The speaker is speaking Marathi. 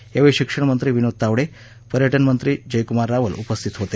यावेळी शिक्षण मंत्री विनोद तावडे पर्यटन मंत्री जयकुमार रावल उपस्थित होते